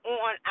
on